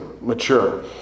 mature